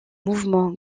mouvement